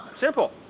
simple